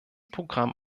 programm